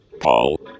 Paul